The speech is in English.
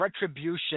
Retribution